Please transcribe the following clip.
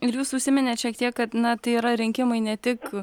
ir jūs užsiminėt šiek tiek kad na tai yra rinkimai ne tik